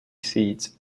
seat